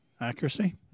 accuracy